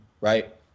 right